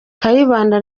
kayibanda